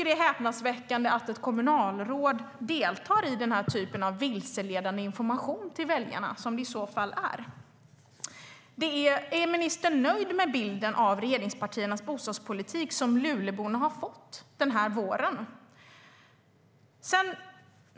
Det är häpnadsväckande att ett kommunalråd deltar i den typen av vilseledande information till väljarna, som det i så fall är. Är ministern nöjd med bilden av regeringspartiernas bostadspolitik som Luleborna har fått den här våren?